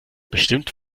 bestimmt